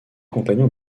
compagnon